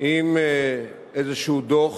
עם איזה דוח